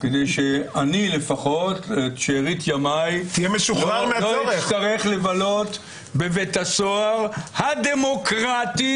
כדי שאני לפחות את שארית ימיי לא אצטרך לבלות בבית הסוהר הדמוקרטי.